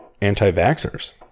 anti-vaxxers